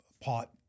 pot